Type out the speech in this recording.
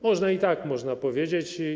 Można i tak, można powiedzieć.